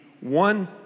one